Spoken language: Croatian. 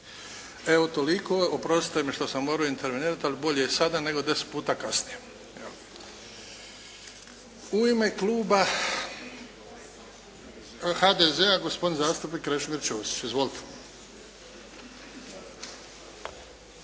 Evo toliko. Oprostite mi što sam morao intervenirati, ali bolje sada nego 10 puta kasnije. U ime kluba HDZ-a, gospodin zastupnik Krešimir Ćosić. Izvolite.